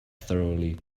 thoroughly